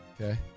Okay